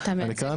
אני כאן,